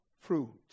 fruit